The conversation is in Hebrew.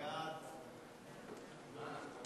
ההצעה להעביר את הצעת חוק הנוער (שפיטה,